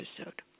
episode